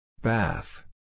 Bath